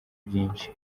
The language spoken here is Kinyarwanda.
byinshi